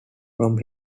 from